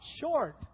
short